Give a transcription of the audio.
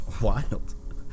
wild